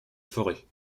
forêt